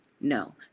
no